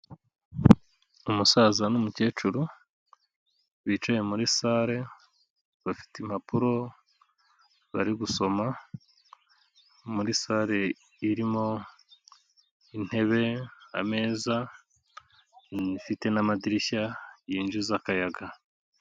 Umusaza n'umukecuru bicaye muri sare, bafite impapuro bari gusoma, muri sare irimo intebe, ameza ifite n'amadirishya yinjiza akayaga.